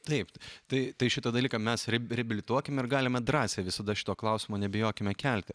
taip tai tai šitą dalyką mes reabilituokime ir galime drąsiai visada šito klausimo nebijokime kelti